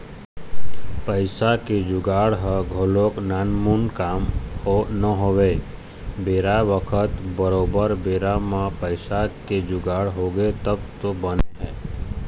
पइसा के जुगाड़ ह घलोक नानमुन काम नोहय बेरा बखत बरोबर बेरा म पइसा के जुगाड़ होगे तब तो बने हे